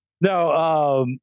no